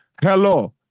hello